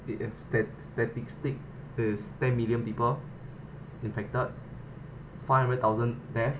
!hey! then stare statistic is ten million people infected five hundred thousand death